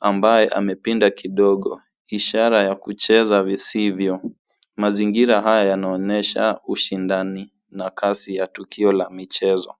ambaye amepinda kidogo. Hii ni ishara ya kucheza visivyo halali. Mazingira haya yanaonesha ushindani na kazi ya tukio la michezo.